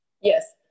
yes